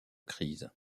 crise